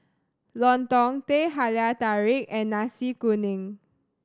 lontong Teh Halia Tarik and Nasi Kuning